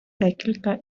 декілька